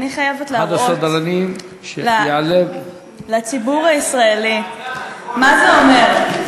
אני חייבת להראות לציבור הישראלי מה זה אומר.